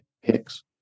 Hicks